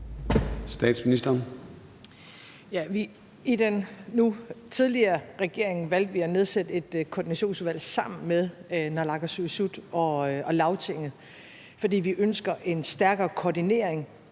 Frederiksen): I den nu tidligere regering valgte vi at nedsætte et koordinationsudvalg sammen med naalakkersuisut og Lagtinget, fordi vi ønsker en stærkere koordinering